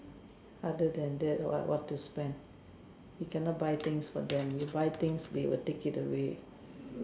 other than that what what to spend you cannot buy things for them you buy things they will take it away